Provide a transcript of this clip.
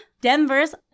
denver's